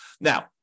Now